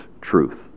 truth